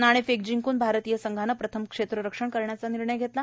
नाणेफेक जिंकूण भारतीय संघानं क्षेत्र रक्षण करण्याचा निर्णय घेतला